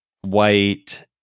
white